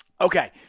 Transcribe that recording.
Okay